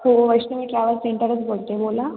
हो वैष्णवी ट्रॅव्हल्स सेंटरच बोलते आहे बोला